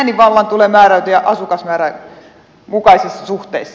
äänivallan tulee määräytyä asukasmäärän mukaisessa suhteessa